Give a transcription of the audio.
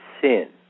sin